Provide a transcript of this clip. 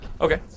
Okay